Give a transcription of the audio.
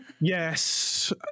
yes